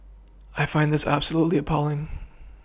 I find this absolutely appalling